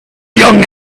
young